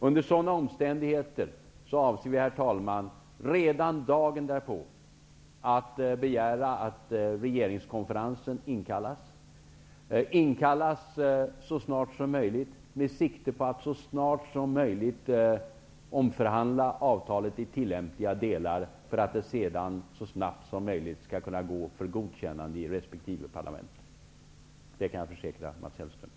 Under sådana omständigheter avser vi, herr talman, att redan dagen därpå begära att regeringskonferensen inkallas så snart som möjligt med sikte på att snarast omförhandla avtalet i tillämpliga delar för att det sedan så snabbt som möjligt skall kunna godkännas i resp. parlament. Det kan jag försäkra, Mats Hellström!